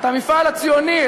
את המפעל הציוני,